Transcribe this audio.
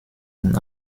und